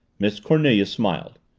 miss cornelia smiled.